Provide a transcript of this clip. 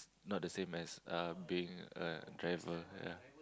not the same as uh being a driver ya